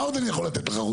מה עוד אני יכול לתת לך?